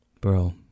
Bro